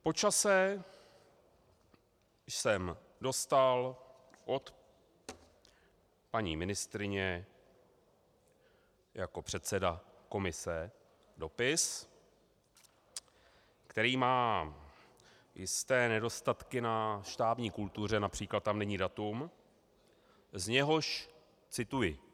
Po čase jsem dostal od paní ministryně jako předseda komise dopis, který má jisté nedostatky na štábní kultuře, např. tam není datum, z něhož cituji: